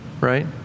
right